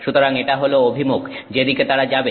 সুতরাং এটা হল অভিমুখ যেদিকে তারা যাবে